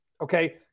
okay